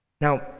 Now